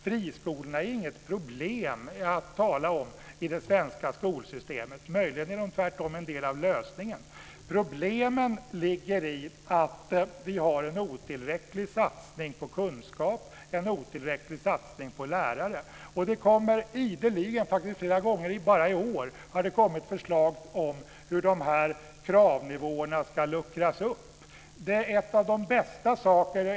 Friskolorna är inget problem att tala om i det svenska skolsystemet. Möjligen är de tvärtom en del av lösningen. Problemen ligger i att vi har en otillräcklig satsning på kunskap och lärare. Det har flera gånger bara i år kommit förslag om hur kravnivåerna ska luckras upp.